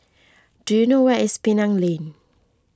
do you know where is Penang Lane